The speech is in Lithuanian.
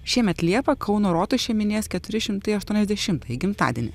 šiemet liepą kauno rotušė minės keturi šimtai aštuoniasdešimtąjį gimtadienį